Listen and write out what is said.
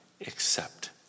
accept